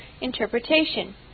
interpretation